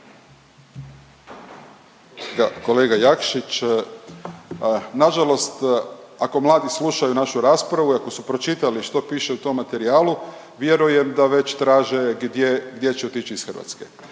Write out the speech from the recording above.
Kolega Jakšiću, nažalost ako mladi slušaju našu raspravu i ako su pročitali što piše u tom materijalu vjerujem da već traže gdje, gdje će otići iz Hrvatske,